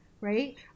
right